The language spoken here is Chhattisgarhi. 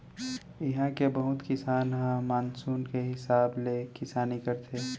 इहां के बहुत किसान ह मानसून के हिसाब ले किसानी करथे